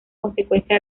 consecuencia